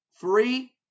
Three